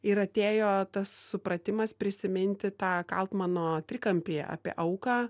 ir atėjo tas supratimas prisiminti tą kalt mano trikampyje apie auką